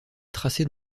tracée